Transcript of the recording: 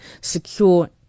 secure